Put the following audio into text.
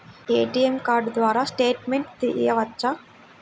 ATM card ద్వారా statement తీయవచ్చా?